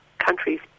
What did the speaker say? countries